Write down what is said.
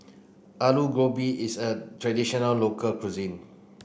Alu Gobi is a traditional local cuisine